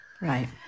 right